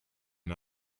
and